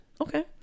Okay